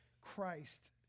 Christ